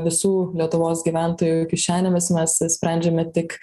visų lietuvos gyventojų kišenėmis mes sprendžiame tik